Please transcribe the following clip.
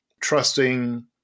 trusting